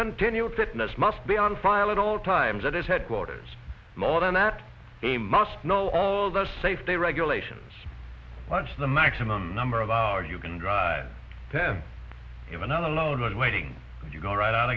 continual fitness must be on file at all times at his headquarters more than that he must know all the safety regulations watch the maximum number of hours you can drive then you are not alone on waiting you go right on